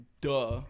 Duh